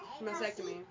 mastectomy